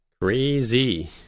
Crazy